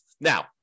Now